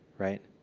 right?